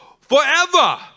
forever